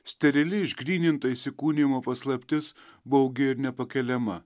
sterili išgryninta įsikūnijimo paslaptis baugi ir nepakeliama